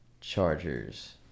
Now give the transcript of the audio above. chargers